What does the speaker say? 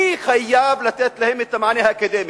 מי חייב לתת להם את המענה האקדמי,